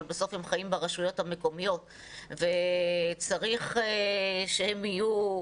אבל בסוף הם חיים ברשויות המקומיות וצריך שהם יהיו,